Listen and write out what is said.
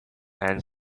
and